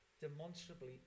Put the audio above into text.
demonstrably